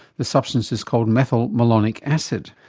the substance is called methylmalonic acid.